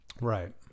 right